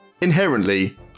inherently